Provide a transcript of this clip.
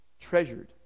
treasured